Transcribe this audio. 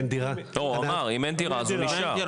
הוא אומר, אם אין דירה אז הוא נשאר.